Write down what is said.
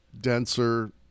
denser